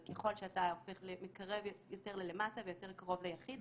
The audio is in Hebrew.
ככל שאתה מתקרב יותר למטה ויותר קרוב ליחיד,